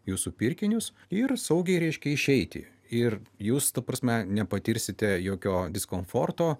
jūsų pirkinius ir saugiai reiškia išeiti ir jūs ta prasme nepatirsite jokio diskomforto